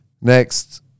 Next